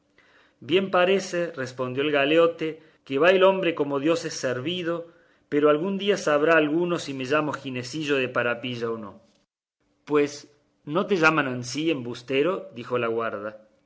bien parece respondió el galeote que va el hombre como dios es servido pero algún día sabrá alguno si me llamo ginesillo de parapilla o no pues no te llaman ansí embustero dijo la guarda